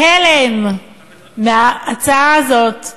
בהלם מההצעה הזאת,